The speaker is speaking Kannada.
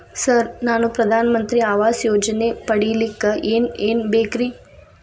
ಸರ್ ನಾನು ಪ್ರಧಾನ ಮಂತ್ರಿ ಆವಾಸ್ ಯೋಜನೆ ಪಡಿಯಲ್ಲಿಕ್ಕ್ ಏನ್ ಏನ್ ಬೇಕ್ರಿ?